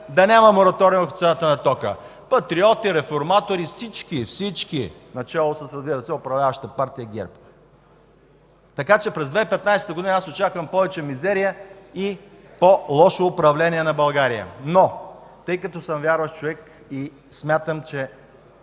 да няма мораториум в цената на тока – патриоти, реформатори, всички, всички! Начело, разбира се, с управляващата партия ГЕРБ. Така че през 2015 г. аз очаквам повече мизерия и по-лошо управление на България. Но тъй като съм вярващ човек и смятам,